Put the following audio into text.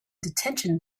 detention